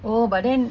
oh but then